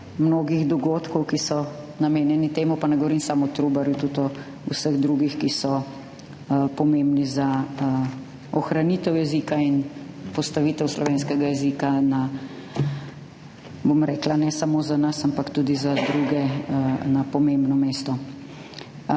mnogih dogodkov, ki so namenjeni temu, pa ne govorim samo o Trubarju, tudi o vseh drugih, ki so pomembni za ohranitev jezika in postavitev slovenskega jezika, ne samo za nas, ampak tudi za druge, na pomembno mesto.